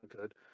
good